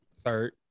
Third